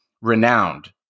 Renowned